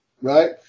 right